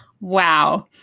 Wow